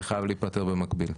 זה חייב להיפתר במקביל.